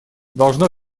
должно